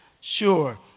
Sure